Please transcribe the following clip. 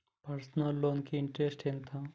Personal loan కి interest ఎంత?